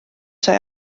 sai